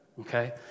Okay